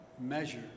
measure